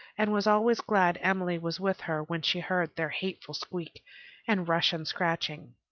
and was always glad emily was with her when she heard their hateful squeak and rush and scratching.